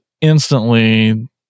instantly